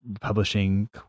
publishing